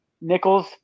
Nichols